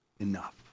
enough